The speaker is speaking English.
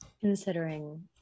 Considering